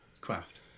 craft